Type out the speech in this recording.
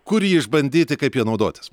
kur jį išbandyti kaip ja naudotis